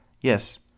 Yes